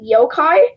Yokai